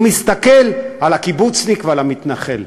הוא מסתכל על הקיבוצניק ועל המתנחל,